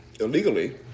illegally